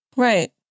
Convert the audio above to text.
Right